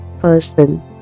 person